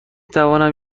توانم